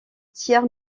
tiers